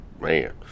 man